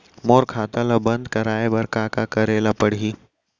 मोर खाता ल बन्द कराये बर का का करे ल पड़ही?